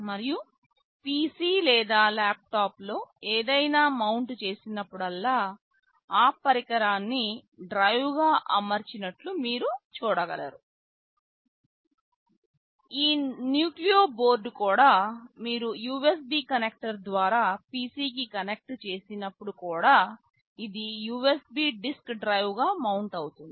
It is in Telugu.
మరియు మీరు PC లేదా ల్యాప్టాప్లో ఏదైనా మౌంట్ చేసినప్పుడల్లా ఆ పరికరాన్ని డ్రైవ్గా అమర్చినట్లు మీరు చూడగలరు ఈ న్యూక్లియో బోర్డ్ కూడా మీరు USB కనెక్టర్ ద్వారా PC కి కనెక్ట్ చేసినప్పుడు కూడా ఇది USB డిస్క్ డ్రైవ్గా మౌంట్ అవుతుంది